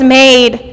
made